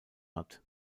hat